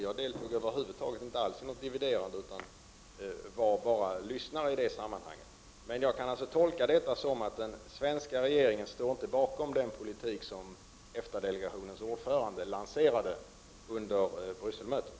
Jag deltog över huvud taget inte alls i något dividerande, utan jag var bara lyssnare. Jag tolkar alltså detta som att den svenska regeringen inte står bakom den politik som EFTA-delegationens ordförande lanserade under Bryssel-mötet.